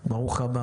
ברוך הבא.